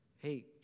hey